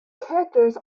characters